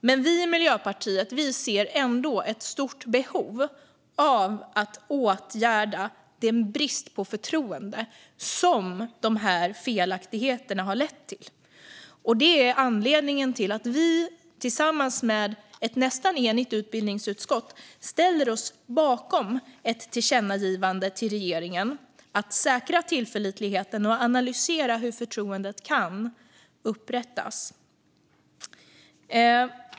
Men vi i Miljöpartiet ser ändå ett stort behov av att åtgärda den brist på förtroende som de här felaktigheterna har lett till. Det är anledningen till att vi tillsammans med ett nästan enigt utbildningsutskott ställer oss bakom ett tillkännagivande till regeringen att säkra tillförlitligheten och analysera hur förtroendet kan återupprättas.